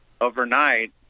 overnight